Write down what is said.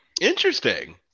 interesting